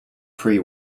pre